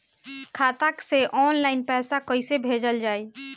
खाता से ऑनलाइन पैसा कईसे भेजल जाई?